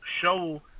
show –